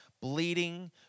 bleeding